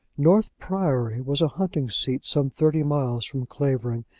north priory was a hunting seat some thirty miles from clavering,